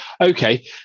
Okay